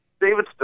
David